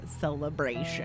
celebration